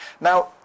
Now